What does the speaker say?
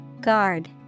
Guard